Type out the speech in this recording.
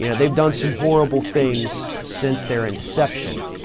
you know they've done some horrible things since their inception,